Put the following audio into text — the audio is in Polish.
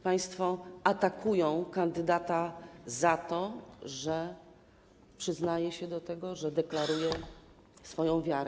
Państwo atakują kandydata za to, że przyznaje się do tego, że deklaruje swoją wiarę.